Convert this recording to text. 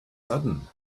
sudden